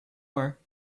are